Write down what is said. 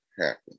happen